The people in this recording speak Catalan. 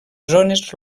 zones